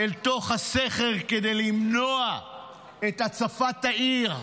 אל תוך הסכר כדי למנוע את הצפת העיר,